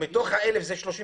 מתוך ה-1,000 זה 30 ביטחוניים.